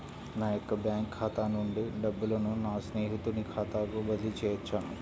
నా యొక్క బ్యాంకు ఖాతా నుండి డబ్బులను నా స్నేహితుని ఖాతాకు బదిలీ చేయవచ్చా?